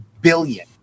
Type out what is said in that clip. billion